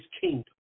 kingdom